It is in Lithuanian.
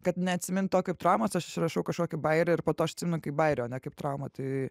kad neatsimint to kaip traumos aš užsirašau kažkokį bajerį ir po to aš atsimenu kaip bajerį o ne kaip traumą tai